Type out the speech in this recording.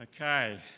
Okay